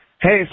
Hey